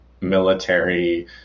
military